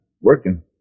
working